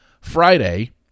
Friday